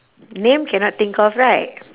name cannot think of right